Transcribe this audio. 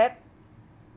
WhatsApp